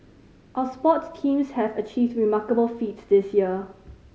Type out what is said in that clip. our sports teams have achieved remarkable feats this year